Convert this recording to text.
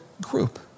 group